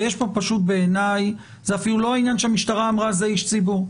ויש פה פשוט בעיניי זה אפילו לא עניין שהמשטרה אמרה זה איש ציבור.